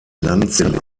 lanze